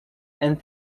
and